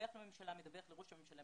שמדווח לראש הממשלה,